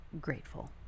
grateful